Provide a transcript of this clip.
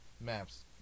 maps